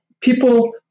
people